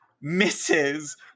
misses